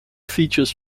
features